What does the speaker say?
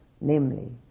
namely